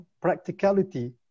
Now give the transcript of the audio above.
practicality